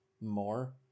more